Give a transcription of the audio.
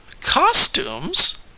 Costumes